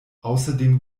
außerdem